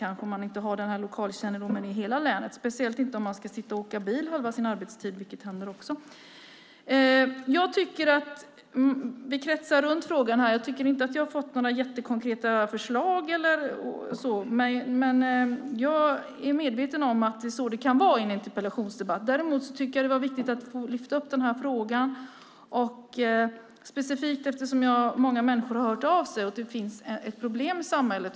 Man kanske inte har den här lokalkännedomen i hela länet, speciellt inte om man ska sitta och åka bil halva sin arbetstid, vilket också händer. Jag tycker att vi kretsar runt frågan. Jag tycker inte att jag har fått några jättekonkreta förslag, men jag är medveten om att det är så det kan vara i en interpellationsdebatt. Däremot tycker jag att det var viktigt att få lyfta upp den här frågan specifikt eftersom många människor har hört av sig och det finns ett problem i samhället.